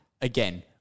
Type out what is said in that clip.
again